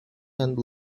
and